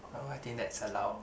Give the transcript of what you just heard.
oh I think that's allowed